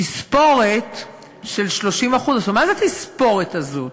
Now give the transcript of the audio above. תספורת של 30%. עכשיו, מה זה התספורת הזאת?